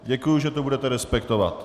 Děkuji, že to budete respektovat.